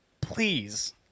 Please